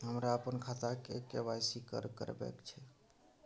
हमरा अपन खाता के के.वाई.सी करबैक छै